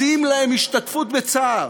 מציעים להם השתתפות בצער.